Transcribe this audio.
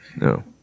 No